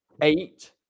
eight